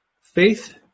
Faith